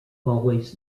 always